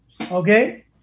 Okay